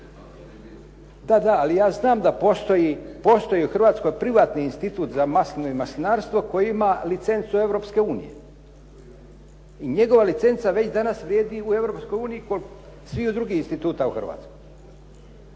Da, da, ali ja znam da postoji u Hrvatskoj privatni institut za masline i maslinarstvo koji ima licencu Europske unije i njegova licenca već danas vrijedi u Europskoj uniji kao i sviju drugih instituta u Hrvatskoj.